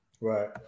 Right